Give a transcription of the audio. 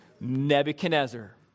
Nebuchadnezzar